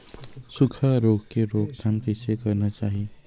सुखा रोग के रोकथाम कइसे करना चाही?